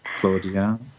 Claudia